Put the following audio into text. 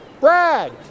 Brad